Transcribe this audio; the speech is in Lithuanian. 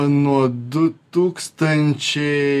nuo du tūkstančiai